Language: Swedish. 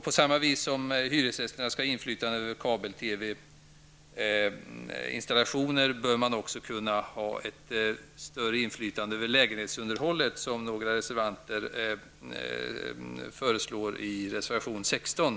På samma sätt som hyresgästerna skall ha inflytande över kabel-TV installationer, bör de också få ha ett större inflytande över lägenhetsunderhållet, vilket några reservanter föreslår i reservation 16.